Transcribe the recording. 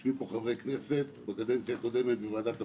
ישבנו פה חברי כנסת בקדנציה הקודמת בוועדת הפנים,